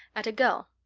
at a girl.